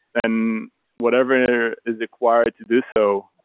and whatever is required to do so,